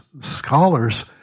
scholars